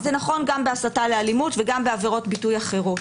וזה נכון גם בהסתה לאלימות וגם בעבירות ביטוי אחרות.